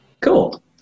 Cool